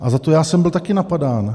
A za to já jsem byl taky napadán.